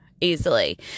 easily